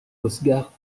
oscar